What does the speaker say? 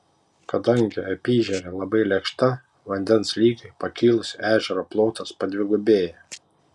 kadangi apyežerė labai lėkšta vandens lygiui pakilus ežero plotas padvigubėja